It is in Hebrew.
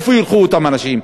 לאן ילכו אותם אנשים?